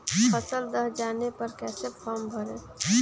फसल दह जाने पर कैसे फॉर्म भरे?